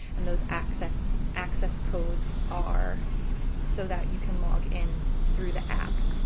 and those access access codes are so that you can log in through the app.